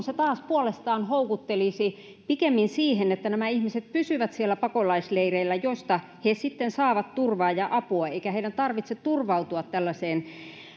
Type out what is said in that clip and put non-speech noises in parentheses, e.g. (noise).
(unintelligible) se taas puolestaan houkuttelisi pikemmin siihen että nämä ihmiset pysyvät siellä pakolaisleireillä joista he sitten saavat turvaa ja apua eikä heidän tarvitse turvautua tällaisiin